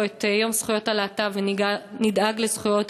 את יום זכויות הלהט"ב ונדאג לזכויות,